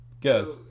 Guess